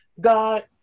God